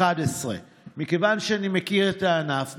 11. מכיוון שאני מכיר את הענף,